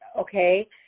okay